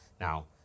Now